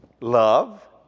love